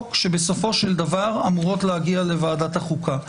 שבסופו של דבר אמורות להגיע לוועדת החוקה.